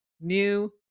new